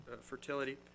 fertility